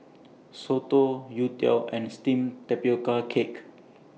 Soto Youtiao and Steamed Tapioca Cake